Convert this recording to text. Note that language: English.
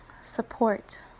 support